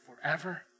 forever